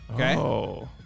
Okay